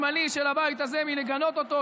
מהחלק השמאלי של הבית הזה מלגנות אותו,